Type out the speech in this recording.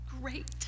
great